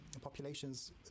populations